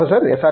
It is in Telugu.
professor S